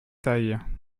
taille